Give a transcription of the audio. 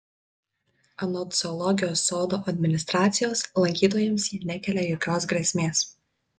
anot zoologijos sodo administracijos lankytojams jie nekelia jokios grėsmės